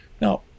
Now